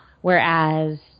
whereas